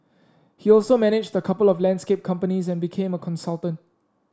he also managed a couple of landscape companies and became a consultant